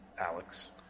Alex